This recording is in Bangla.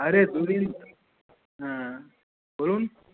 আরে দু দিন হ্যাঁ বলুন